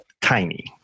tiny